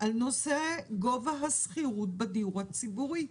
על נושא גובה השכירות בדיור הציבורי.